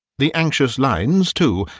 the anxious lines, too,